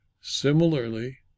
Similarly